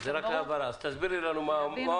כשניסו ללמד אותי לא הצליחו.